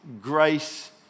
grace